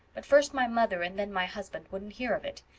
but first my mother and then my husband wouldn't hear of it.